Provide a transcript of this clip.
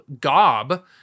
Gob